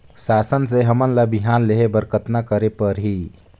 शासन से हमन ला बिहान लेहे बर कतना करे परही?